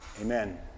Amen